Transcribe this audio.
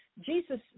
Jesus